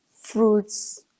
fruits